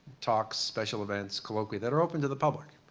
talks, special events, colloquia, that are open to the public.